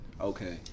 okay